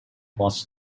was